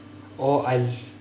oh I